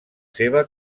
seva